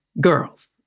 girls